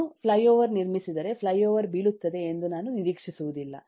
ನಾನು ಫ್ಲೈಓವರ್ ನಿರ್ಮಿಸಿದರೆ ಫ್ಲೈಓವರ್ ಬೀಳುತ್ತದೆ ಎಂದು ನಾನು ನಿರೀಕ್ಷಿಸುವುದಿಲ್ಲ